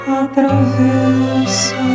atravessa